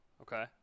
Okay